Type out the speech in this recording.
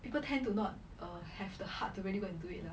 people tend to not err have the heart to really go and do it lah